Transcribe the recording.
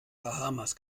bahamas